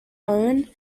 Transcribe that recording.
own